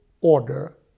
order